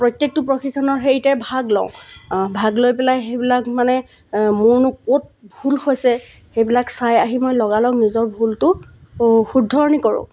প্ৰত্যেকটো প্ৰশিক্ষণৰ হেৰিতে ভাগ লওঁ ভাগ লৈ পেলাই সেইবিলাক মানে মোৰনো ক'ত ভুল হৈছে সেইবিলাক চাই আহি মই লগালগ নিজৰ ভুলটো শুধৰণি কৰোঁ